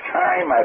time